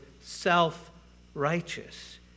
self-righteous